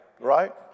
right